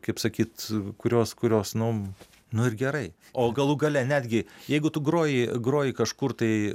kaip sakyt kurios kurios nu nu ir gerai o galų gale netgi jeigu tu groji groji kažkur tai